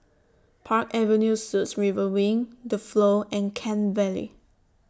Park Avenue Suites River Wing The Flow and Kent Vale